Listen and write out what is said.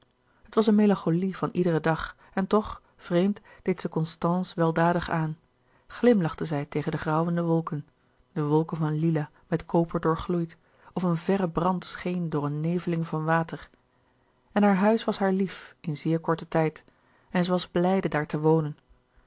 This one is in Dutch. het was eene melancholie van iederen dag en toch vreemd deed ze constance weldadig aan glimlachte zij tegen de grauwende wolken de wolken van lila met koper doorgloeid of een verre brand scheen door een neveling van water en haar huis was haar lief in zeer korten tijd en zij was blijde daar te wonen